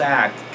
act